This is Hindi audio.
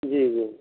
जी जी